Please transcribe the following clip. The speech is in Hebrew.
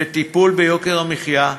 וטיפול ביוקר המחיה,